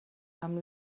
amb